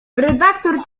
redaktor